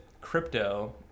crypto